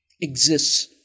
exists